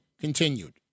continued